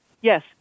Yes